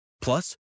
Plus